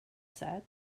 said